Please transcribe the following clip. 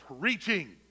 preaching